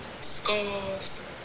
scarves